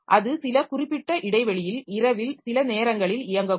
அது சில குறிப்பிட்ட இடைவெளியில் இரவில் சில நேரங்களில் இயங்கக்கூடும்